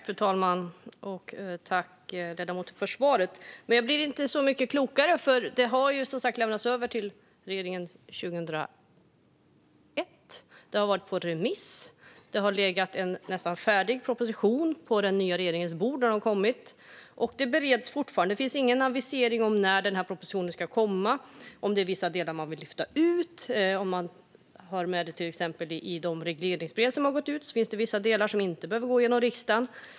Fru talman! Jag tackar ledamoten för svaret, även om jag inte blev mycket klokare. Det hela lämnades som sagt över till regeringen 2021. Det har varit på remiss, och det har legat en nästan färdig proposition på den nya regeringens bord. Men det bereds fortfarande, och finns ingen avisering om när propositionen ska komma eller om det är vissa delar man vill lyfta ut. Till exempel i de regleringsbrev som har gått ut finns det vissa delar som inte behöver gå igenom riksdagen.